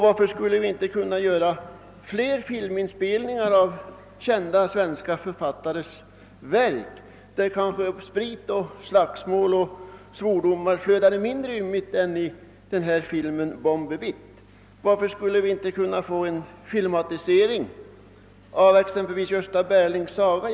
Varför skulle vi inte kunna göra flera filminspelningar av kända svenska författares verk, i vilka sprit och slagsmål och svordomar kanske flödade mindre ymnigt än i filmen Bombi Bitt? Skulle vi inte kunna få en filmatisering av exempelvis Gösta Berlings saga?